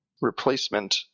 replacement